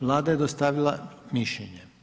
Vlada je dostavila mišljenje.